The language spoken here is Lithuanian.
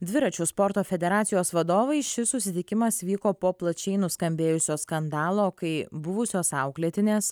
dviračių sporto federacijos vadovai šis susitikimas vyko po plačiai nuskambėjusio skandalo kai buvusios auklėtinės